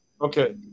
Okay